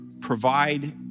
provide